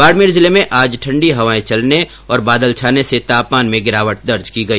बाड़मेर जिले में आज ठंडी हवाए चलने और बादल छाने से तापमान में गिरावट दर्ज की गई